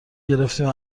گرفتهایم